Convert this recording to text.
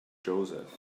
joseph